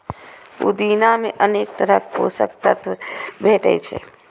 पुदीना मे अनेक तरहक पोषक तत्व भेटै छै